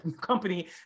company